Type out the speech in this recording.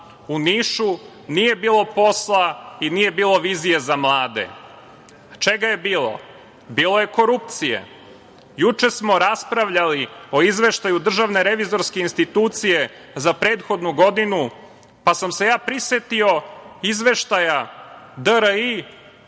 U Nišu nije bilo posla i nije bilo vizije za mlade. Čega je bilo? Bilo je korupcije. Juče smo raspravljali o Izveštaju DRI za prethodnu godinu, pa sam se ja prisetio Izveštaja DRI